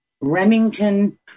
Remington